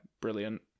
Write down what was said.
brilliant